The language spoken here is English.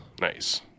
Nice